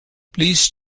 please